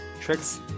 tricks